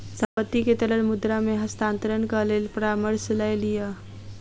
संपत्ति के तरल मुद्रा मे हस्तांतरणक लेल परामर्श लय लिअ